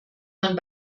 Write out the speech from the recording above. man